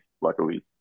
luckily